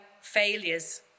failures